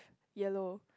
yellow